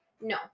No